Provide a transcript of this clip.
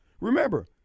Remember